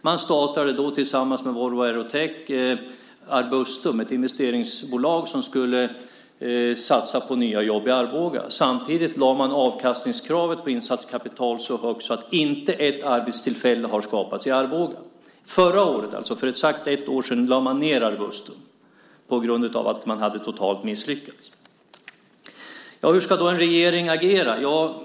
Man startade tillsammans med Volvo Aerotech Arbustum, ett investeringsbolag som skulle satsa på nya jobb i Arboga. Samtidigt lade man avkastningskravet på insatt kapital så högt att inte ett enda arbetstillfälle har skapats i Arboga. Förra året, alltså för exakt ett år sedan, lade man ned Arbustum på grund av att man hade misslyckats totalt. Hur ska då en regering agera?